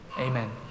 Amen